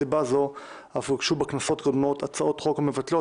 מסיבה זו אף הוגשו בכנסות קודמות הצעות חוק המבטלות